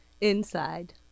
Inside